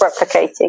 replicating